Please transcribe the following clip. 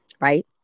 right